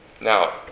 Now